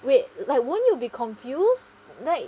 wait like won't you be confused like